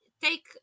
take